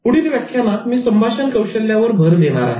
पुढील व्याख्यानात मी संभाषण कौशल्यांवर भर देणार आहे